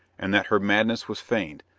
and that her madness was feigned,